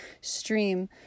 stream